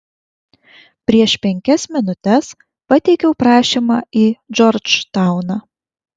prieš penkias minutes pateikiau prašymą į džordžtauną